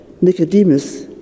Nicodemus